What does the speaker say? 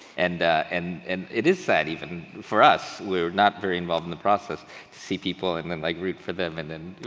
and and and it is sad, even, for us, we're not very involved in the process to see people and then like root for them and then,